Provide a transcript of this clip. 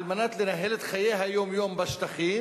על מנת לנהל את חיי היום-יום בשטחים,